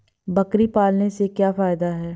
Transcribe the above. बकरी पालने से क्या फायदा है?